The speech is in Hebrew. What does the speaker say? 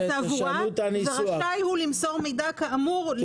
התעבורה ורשאי הוא למסור מידע כאמור.